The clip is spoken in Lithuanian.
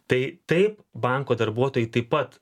tai taip banko darbuotojai taip pat